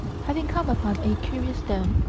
having come upon a curious stone,